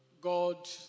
God